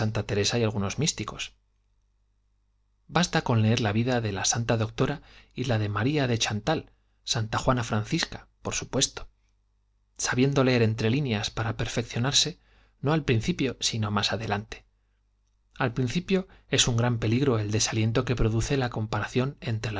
teresa y algunos místicos basta con leer la vida de la santa doctora y la de maría de chantal santa juana francisca por supuesto sabiendo leer entre líneas para perfeccionarse no al principio sino más adelante al principio es un gran peligro el desaliento que produce la comparación entre